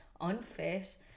Unfit